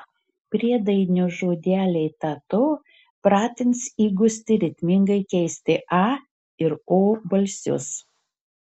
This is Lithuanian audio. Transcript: priedainio žodeliai ta to pratins įgusti ritmingai keisti a ir o balsius